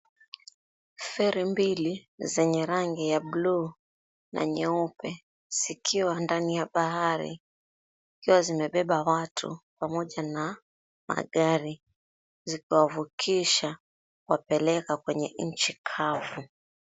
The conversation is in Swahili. Ferry mbili zenye rangi buluu na nyeupe zikiwa ndani ya bahari, zikiwa zimebeba watu pamoja na magari zikiwavukisha kuwapeleka kwenye nchi kavu.